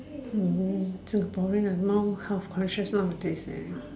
Singaporean ah more health conscious nowadays eh